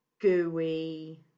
gooey